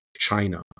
China